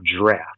draft